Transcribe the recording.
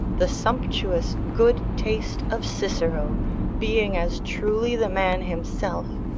the sumptuous good taste of cicero being as truly the man himself,